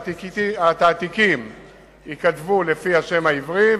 התעתיקים ייכתבו לפי השם העברי,